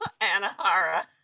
Anahara